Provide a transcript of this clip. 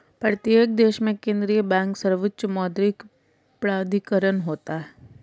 प्रत्येक देश में केंद्रीय बैंक सर्वोच्च मौद्रिक प्राधिकरण होता है